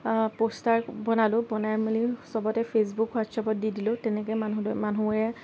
poster বনালো বনাই মেলি চবতে ফেচবুক হোৱাটছএপত দি দিলো তেনেকৈ মানুহ মানুহে